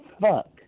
fuck